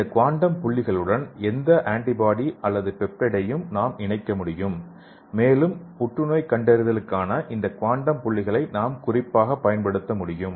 இந்த குவாண்டம் புள்ளிகளுடன் எந்த ஆன்டிபாடி அல்லது பெப்டைடையும் நாம் இணைக்க முடியும் மேலும் புற்றுநோய் கண்டறிதலுக்காக இந்த குவாண்டம் புள்ளிகளை நாம் குறிப்பாக பயன்படுத்த முடியும்